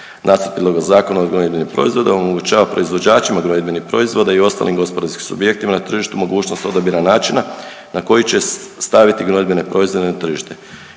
Nacrt prijedloga Zakona o gnojidbenim proizvodima omogućava proizvođačima gnojidbenih proizvoda i ostalim gospodarskim subjektima na tržištu mogućnost odabira načina na koji će staviti gnojidbene proizvode na tržište